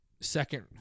second